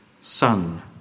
Son